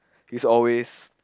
is always